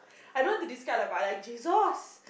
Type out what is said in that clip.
I don't want to describe lah but I like Jesus